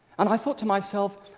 and i thought to myself,